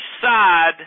side